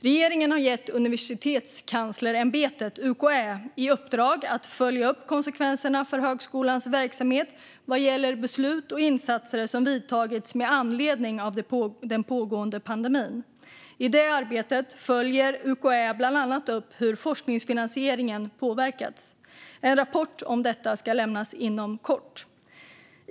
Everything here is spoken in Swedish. Regeringen har gett Universitetskanslersämbetet, UKÄ, i uppdrag att följa upp konsekvenserna för högskolans verksamhet vad gäller beslut och insatser som vidtagits med anledning av den pågående pandemin. I det arbetet följer UKÄ bland annat upp hur forskningsfinansieringen påverkats. En rapport om detta ska lämnas inom kort.